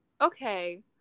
Okay